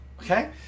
Okay